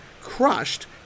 crushed